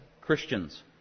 Christians